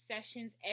sessions